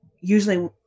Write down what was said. usually